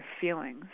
feelings